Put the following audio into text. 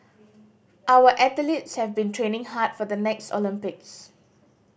our athletes have been training hard for the next Olympics